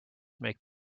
make